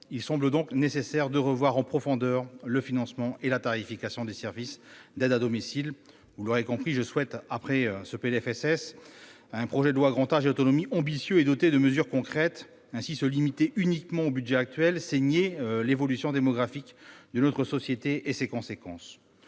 Il semble donc nécessaire de revoir en profondeur le financement et la tarification des services d'aide à domicile. Vous l'aurez compris, je souhaite que le PLFSS 2020 soit suivi d'un projet de loi Grand âge et autonomie ambitieux et doté de mesures concrètes. Ainsi, se limiter au budget actuel, c'est nier l'évolution démographique de notre société et ses conséquences.